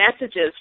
messages